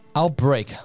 outbreak